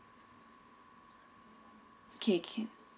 okay okay